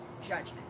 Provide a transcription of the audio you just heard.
judgment